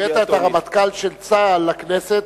הבאת את הרמטכ"ל של צה"ל לכנסת,